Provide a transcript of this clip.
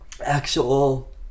actual